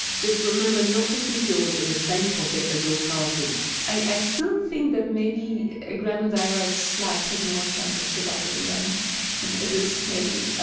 just remember not to keep yours in the same pocket as your car keys i still think that a granodiorite slab has more chance of surviving than a disk maybe.